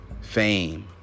fame